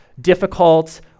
difficult